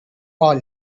all